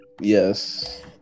yes